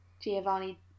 Giovanni